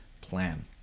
plan